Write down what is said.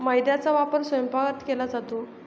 मैद्याचा वापर स्वयंपाकात केला जातो